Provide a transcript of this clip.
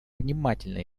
внимательно